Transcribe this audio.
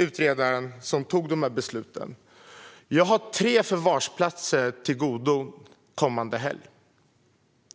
Utredaren som fattar besluten berättade att det fanns tre förvarsplatser till godo kommande helg.